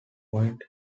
point